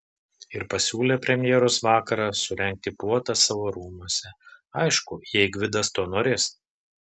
ir pasiūlė premjeros vakarą surengti puotą savo rūmuose aišku jei gvidas to norės